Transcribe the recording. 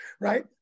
right